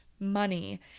money